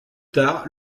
tard